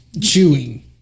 chewing